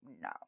no